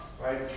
right